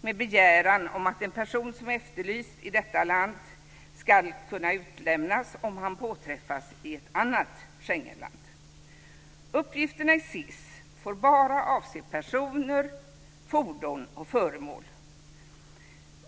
med begäran om att en person som är efterlyst i detta land ska kunna utlämnas om han påträffas i ett annat Schengenland. Uppgifterna i SIS får bara avse personer, fordon och föremål.